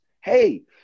hey